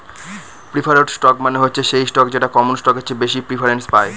preferred stock মানে হচ্ছে সেই স্টক যেটা কমন স্টকের চেয়ে বেশি প্রিফারেন্স পায়